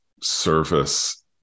service